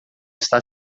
está